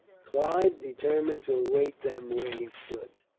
clive determined to await them where he stood.